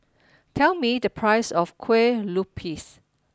tell me the price of Kue Lupis